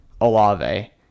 Olave